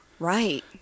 Right